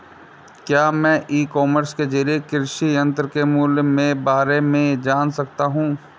क्या मैं e commerce के ज़रिए कृषि यंत्र के मूल्य में बारे में जान सकता हूँ?